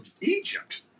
Egypt